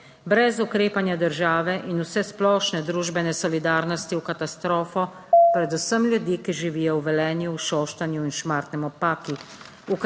Brez ukrepanja države in vsesplošne družbene solidarnosti v katastrofo, predvsem ljudi, ki živijo v Velenju, Šoštanju in Šmartnem ob